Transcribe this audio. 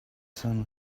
sun